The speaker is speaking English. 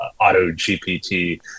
AutoGPT